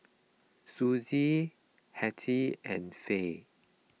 Sussie Hattie and Fay